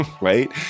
right